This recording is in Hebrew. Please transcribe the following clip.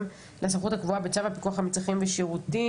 לסמכות הקבועה בצו הפיקוח על מצרכים ושירותים.